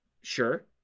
sure